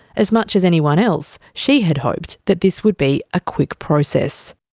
as much as anyone else, she had hoped that this would be a quick process.